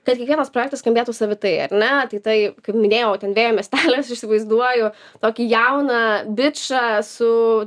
kad kiekvienas projektas skambėtų savitai ar ne tai kaip minėjau ten vėjo miestelį aš įsivaizduoju tokį jauną bičą su